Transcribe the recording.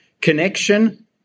Connection